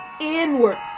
inward